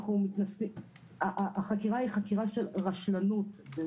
זאת חקירה של רשלנות.